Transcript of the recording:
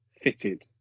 fitted